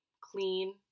clean